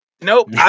nope